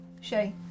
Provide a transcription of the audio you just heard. Shay